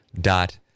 dot